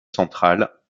centrale